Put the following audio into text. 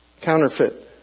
counterfeit